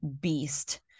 beast